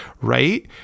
right